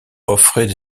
offraient